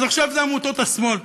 אז עכשיו זה עמותות השמאל,